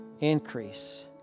Increase